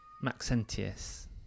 Maxentius